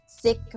sick